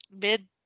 mid